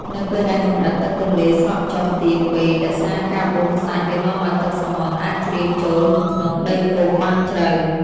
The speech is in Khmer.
នៅពេលដែលកម្រិតទឹកទន្លេស្រកចុះទាបពេកដោយសារការបូមខ្សាច់វានាំឱ្យទឹកសមុទ្រអាចជ្រាបចូលមកក្នុងដីគោកបានជ្រៅ។